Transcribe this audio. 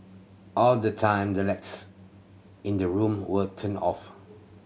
all the time the lights in the room were turned off